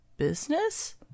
business